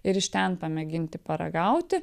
ir iš ten pamėginti paragauti